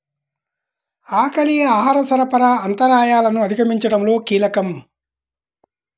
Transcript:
ఆకలి ఆహార సరఫరా అంతరాయాలను అధిగమించడంలో కీలకం